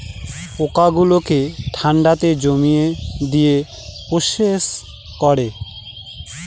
পোকা গুলোকে ঠান্ডাতে জমিয়ে দিয়ে প্রসেস করে